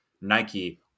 Nike